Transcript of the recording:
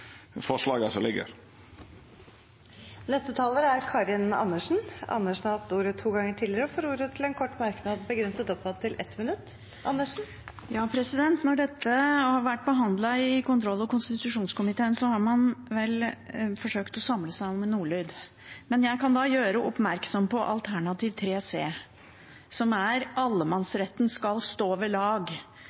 Karin Andersen har hatt ordet to ganger tidligere og får ordet til en kort merknad, begrenset til 1 minutt. Når dette har vært behandlet i kontroll- og konstitusjonskomiteen, har man vel forsøkt å samle seg om en ordlyd. Men jeg kan da gjøre